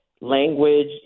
Language